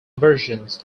versions